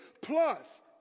plus